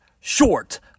short